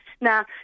Now